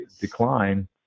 decline